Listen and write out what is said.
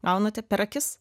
gaunate per akis